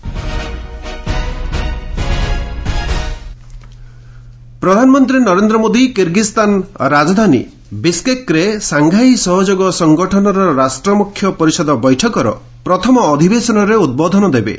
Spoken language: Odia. ପିଏମ୍ ଏସ୍ସିଓ ପ୍ରଧାନମନ୍ତ୍ରୀ ନରେନ୍ଦ୍ର ମୋଦୀ କିର୍ଗିକ୍ସାନ ରାଜଧାନୀ ବିଶ୍କେକ୍ରେ ସାଂଘାଇ ସହଯୋଗ ସଂଗଠନ ରାଷ୍ଟ୍ରମୁଖ୍ୟ ପରିଷଦ ବୈଠକର ପ୍ରଥମ ଅଧିବେଶନରେ ଉଦ୍ବୋଧନ ଦେବେ